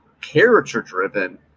character-driven